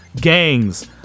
gangs